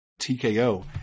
TKO